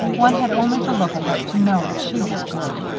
one had only to look at her to know that she was good.